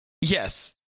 yes